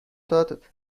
داد